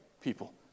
people